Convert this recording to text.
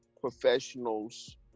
professionals